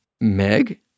Meg